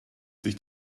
sich